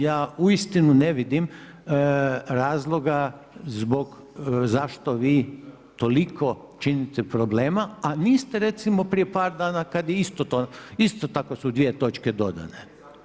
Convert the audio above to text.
Ja uistinu ne vidim razloga zbog, zašto vi toliko činite problema, a niste recimo prije par dana kada je isto tako su dvije točne dodane.